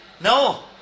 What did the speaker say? No